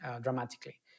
dramatically